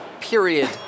period